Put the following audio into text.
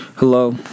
Hello